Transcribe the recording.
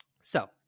So-